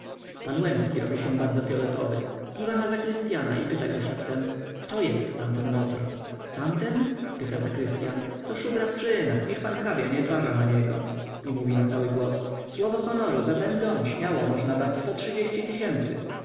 pan łęcki robi się bardzo fioletowy kiwa na zakrystyana i pyta go szeptem kto jest tamten łotr tamten pyta zakrystyan to szubrawczyna niech pan hrabia nie zważa na niego i mówi na cały głos słowo honoru za ten dom śmiało można dać sto trzydzieści tysięcy